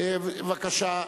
בבקשה.